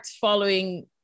following